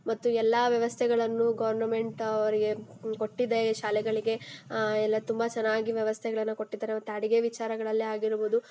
ಮತ್ತು ಎಲ್ಲ ವ್ಯವಸ್ಥೆಗಳನ್ನು ಗೌರ್ನಮೆಂಟ್ ಅವ್ರಿಗೆ ಕೊಟ್ಟಿದೆ ಶಾಲೆಗಳಿಗೆ ಎಲ್ಲ ತುಂಬ ಚೆನ್ನಾಗಿ ವ್ಯವಸ್ಥೆಗಳನ್ನು ಕೊಟ್ಟಿದ್ದಾರೆ ಮತ್ತು ಅಡುಗೆ ವಿಚಾರಗಳಲ್ಲೇ ಆಗಿರ್ಬೋದು